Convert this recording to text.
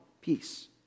peace